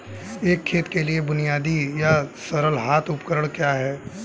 एक खेत के लिए बुनियादी या सरल हाथ उपकरण क्या हैं?